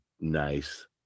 nice